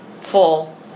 full